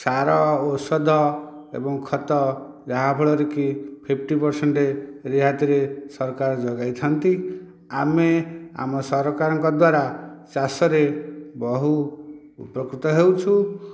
ସାର ଔଷଧ ଏବଂ ଖତ ଯାହାଫଳରେ କି ଫିପ୍ଟି ପର୍ସେଣ୍ଟ୍ ରିହାତିରେ ସରକାର ଯୋଗେଇଥାନ୍ତି ଆମେ ଆମ ସରକାରଙ୍କ ଦ୍ୱାରା ଚାଷରେ ବହୁ ଉପକୃତ ହେଉଛୁ